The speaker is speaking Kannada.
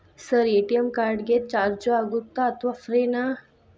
ಸರ್ ಎ.ಟಿ.ಎಂ ಕಾರ್ಡ್ ಗೆ ಚಾರ್ಜು ಆಗುತ್ತಾ ಅಥವಾ ಫ್ರೇ ನಾ?